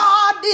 God